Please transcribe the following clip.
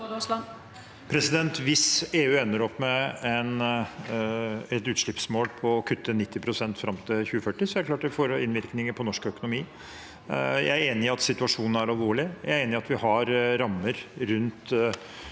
Hvis EU ender opp med et utslippsmål om å kutte 90 pst. fram til 2040, er det klart at det får innvirkninger på norsk økonomi. Jeg er enig i at situasjonen er alvorlig. Jeg er enig i at vi har rammer rundt